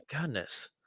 Goodness